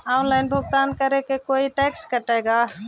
Online भुगतान करे को कोई टैक्स का कटेगा?